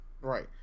Right